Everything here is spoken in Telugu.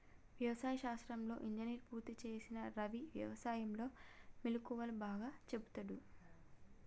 వ్యవసాయ శాస్త్రంలో ఇంజనీర్ పూర్తి చేసిన రవి వ్యసాయం లో మెళుకువలు బాగా చెపుతుండు